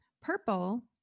purple